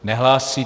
Nehlásí.